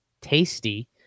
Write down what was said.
Tasty